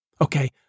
Okay